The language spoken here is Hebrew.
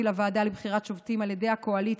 לוועדה לבחירת שופטים על ידי הקואליציה.